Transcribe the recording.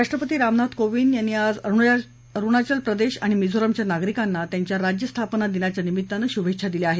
राष्ट्रपती रामनाथ कोविंद यांनी आज अरुणाचल प्रदेश अणि मिझोरामच्या नागरिकांना त्यांच्या राज्य स्थापना दिनाच्या निमित्तानं शुभेच्छा दिल्या आहेत